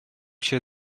się